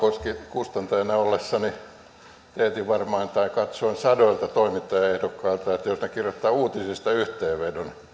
kustantajana ollessani katsoin varmaan sadoilta toimittajaehdokkailta että jos he kirjoittavat uutisista yhteenvedon